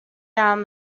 down